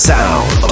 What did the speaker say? Sound